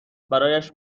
برایش